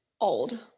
old